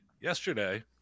yesterday